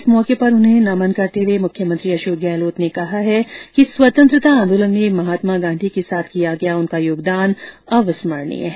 इस मौके पर उन्हें नमन करते हुए मुख्यमंत्री अशोक गहलोत ने कहा कि स्वतंत्रता आदोलन में महात्मा गांधी के साथ किया गया उनका योगदान अविस्मरणीय है